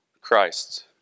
Christ